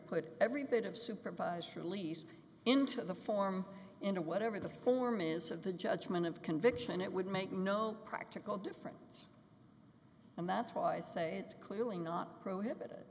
put every bit of supervised release into the form into whatever the form is of the judgment of conviction it would make no practical difference and that's why i say it's clearly not prohibited